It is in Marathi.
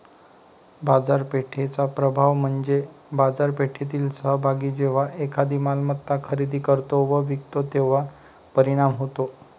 बाजारपेठेचा प्रभाव म्हणजे बाजारपेठेतील सहभागी जेव्हा एखादी मालमत्ता खरेदी करतो व विकतो तेव्हा परिणाम होतो